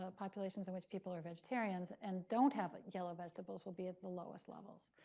ah populations in which people are vegetarians and don't have yellow vegetables will be at the lowest levels.